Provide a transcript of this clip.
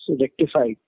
rectified